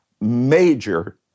major